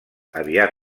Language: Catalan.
aviat